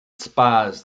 spas